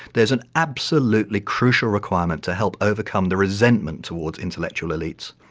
there is an absolutely crucial requirement to help overcome the resentment towards intellectual elites,